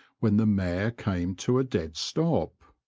when the mare came to a dead stop.